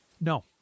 No